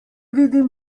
vidim